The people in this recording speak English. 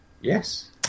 Yes